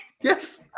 Yes